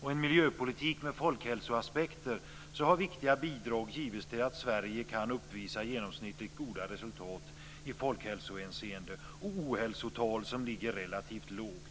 och en miljöpolitik med folkhälsoaspekter har viktiga bidrag givits till att Sverige kan uppvisa genomsnittligt goda resultat i folkhälsohänseende och ohälsotal som ligger relativt lågt.